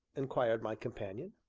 inquired my companion.